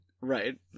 Right